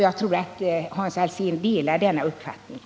Jag tror att Hans Alsén delar den uppfattningen.